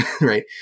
right